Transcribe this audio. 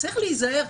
צריך להיזהר,